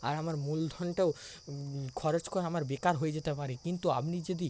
আর আমার মূলধনটাও খরচ করা আমার বেকার হয়ে যেতে পারে কিন্তু আপনি যদি